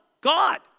God